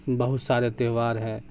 بہت سارے تہوار ہیں